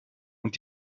und